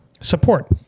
support